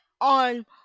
on